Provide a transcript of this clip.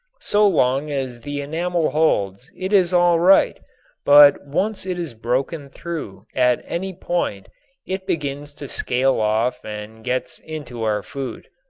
so long as the enamel holds it is all right but once it is broken through at any point it begins to scale off and gets into our food.